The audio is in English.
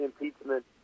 impeachment